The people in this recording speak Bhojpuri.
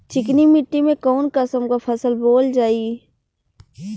चिकनी मिट्टी में कऊन कसमक फसल बोवल जाई?